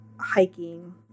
hiking